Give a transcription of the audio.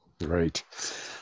Right